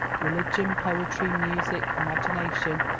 religion, poetry, music, imagination,